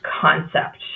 concept